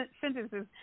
sentences